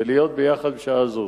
ולהיות ביחד בשעה זו.